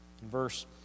verse